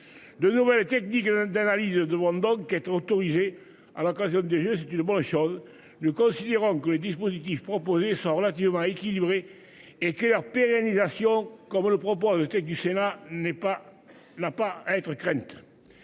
De nouvelles techniques d'analyse demande donc être autorisé à la création des jeu c'est une bonne chose. Nous considérons que le dispositif proposé 100 relativement équilibré et que leur pérennisation comme on le prend pas le texte du Sénat n'est pas là pas être craignent.